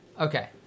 okay